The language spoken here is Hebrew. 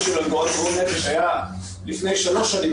שלו עם גורמי בריאות נפש היה לפני שלוש שנים,